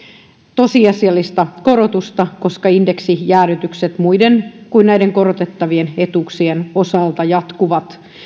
tosiasiallista korotusta koska indeksijäädytykset muiden kuin näiden korotettavien etuuksien osalta jatkuvat